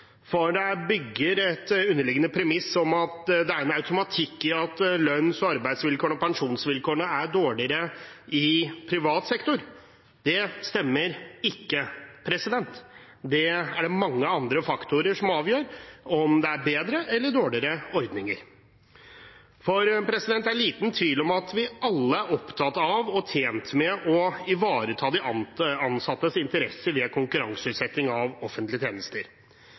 bygger på et underliggende premiss om at det er en automatikk i at lønns- og arbeidsvilkårene og pensjonsvilkårene er dårligere i privat sektor. Det stemmer ikke. Det er det mange andre faktorer som avgjør, om det er bedre eller dårligere ordninger. Det er liten tvil om at vi alle er opptatt av og tjent med å ivareta de ansattes interesser ved konkurranseutsetting av offentlige tjenester.